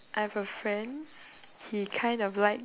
I've a friend he kind of like